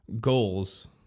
goals